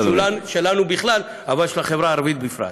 הנזק שלנו בכלל, אבל של החברה הערבית בפרט.